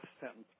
sentence